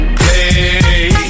play